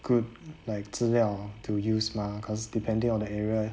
good like 资料 to use mah because depending on the area